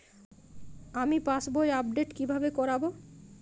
আমি পাসবই আপডেট কিভাবে করাব?